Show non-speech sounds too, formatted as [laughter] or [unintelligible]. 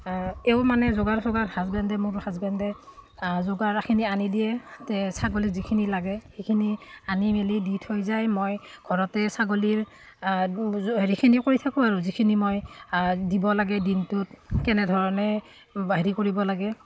এও মানে যোগাৰ যোগাৰ হাজবেণ্ডে মোৰ হাজবেণ্ডে যোগাৰখিনি আনি দিয়ে [unintelligible] ছাগলীক যিখিনি লাগে সেইখিনি আনি মেলি দি থৈ যায় মই ঘৰতে ছাগলীৰ হেৰিখিনিও কৰি থাকোঁ আৰু যিখিনি মই দিব লাগে দিনটোত কেনেধৰণে হেৰি কৰিব লাগে